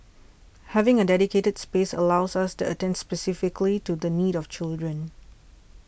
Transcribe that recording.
having a dedicated space allows us to attend specifically to the needs of children